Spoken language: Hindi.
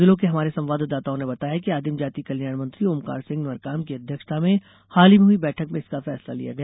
जिलों के हमारे संवाददाताओं ने बताया है कि आदिम जाति कल्याण मंत्री ओमकार सिंह मरकाम की अध्यक्षता में हाल ही में हुई बैठक में इसका फैसला लिया गया